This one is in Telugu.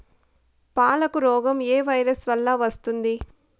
పాలకు రోగం ఏ వైరస్ వల్ల వస్తుంది?